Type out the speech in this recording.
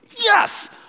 yes